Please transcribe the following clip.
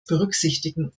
berücksichtigen